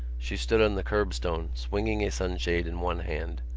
she stood on the curbstone, swinging a sunshade in one hand.